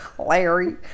Larry